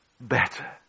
better